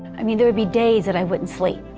i mean there would be days that i wouldn't sleep.